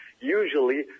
Usually